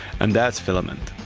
and that's filament.